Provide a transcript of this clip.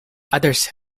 others